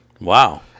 Wow